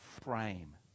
frame